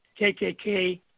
KKK